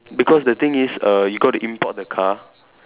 because the thing is err you got to import the car